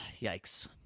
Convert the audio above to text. yikes